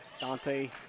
Dante